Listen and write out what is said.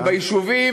שביישובים